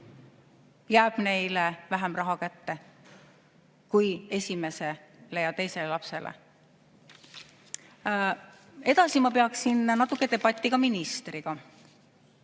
vähem raha kätte kui esimesele ja teisele lapsele. Edasi ma peaksin natuke debatti ka ministriga,